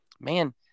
man